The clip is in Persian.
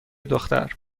دختر